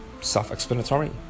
self-explanatory